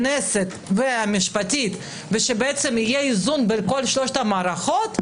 כנסת והמשפטית ושבאמת יהיה איזון בין כל שלוש המערכות,